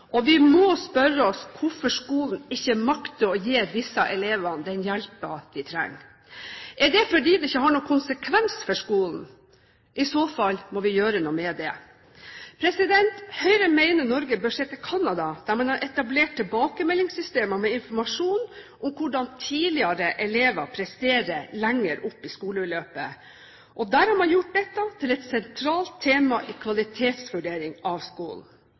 og skriveferdigheter. Vi må spørre oss hvorfor skolen ikke makter å gi disse elevene den hjelpen de trenger. Er det fordi det ikke har noen konsekvens for skolen? I så fall må vi gjøre noe med det. Høyre mener Norge bør se til Canada, der man har etablert tilbakemeldingssystemer med informasjon om hvordan tidligere elever presterer lenger opp i skoleløpet. Der har man gjort dette til et sentralt tema i kvalitetsvurdering av skolen.